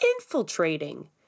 infiltrating